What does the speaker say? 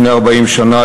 לפני 40 שנה,